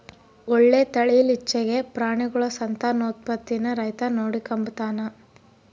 ಒಳ್ಳೆ ತಳೀಲಿಚ್ಚೆಗೆ ಪ್ರಾಣಿಗುಳ ಸಂತಾನೋತ್ಪತ್ತೀನ ರೈತ ನೋಡಿಕಂಬತಾನ